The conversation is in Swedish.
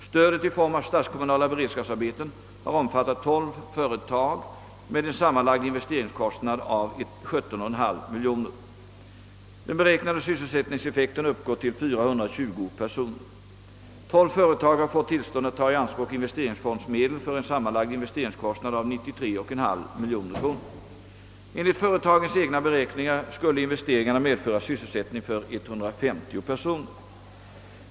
Stödet i form av statskommunala beredskapsarbeten har omfattat 12 företag med en sammanlagd investeringskostnad av 17,5 miljoner kronor, och den beräknade sysselsättningseffekten uppgår till 420 personer. 12 företag har fått tillstånd att ta i anspråk investeringsfondsmedel för en sammanlagd investeringskostnad av 93,5 miljoner kronor. Enligt företagens egna beräkningar skulle investeringarna medföra sysselsättning för 150 personer.